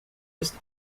ist